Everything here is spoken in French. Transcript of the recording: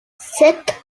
sept